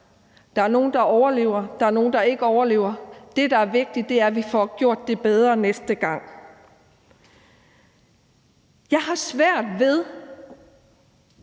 Der er nogle, der overlever; der er nogle, der ikke overlever. Det, der er vigtigt, er, at vi får gjort det bedre næste gang. Jeg har det svært ved